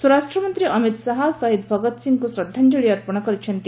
ସ୍ୱରାଷ୍ଟ୍ରମନ୍ତ୍ରୀ ଅମିତ ଶାହା ଶହୀଦ ଭଗତ ସିଂଙ୍କୁ ଶ୍ରଦ୍ଧାଞ୍ଚଳି ଅର୍ପଣ କରିଛନ୍ତି